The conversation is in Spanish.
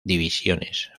divisiones